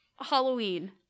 Halloween